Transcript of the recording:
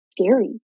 scary